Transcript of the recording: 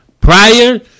Prior